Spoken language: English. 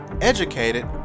educated